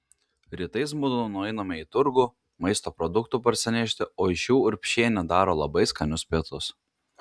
rytais mudu nueiname į turgų maisto produktų parsinešti o iš jų urbšienė daro labai skanius pietus